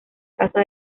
casa